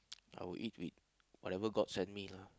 I would eat with whatever god send me lah